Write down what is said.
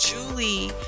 Julie